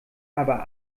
aber